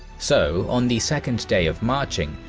so, on the second day of marching,